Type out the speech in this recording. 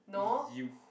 you